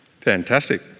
Fantastic